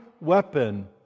weapon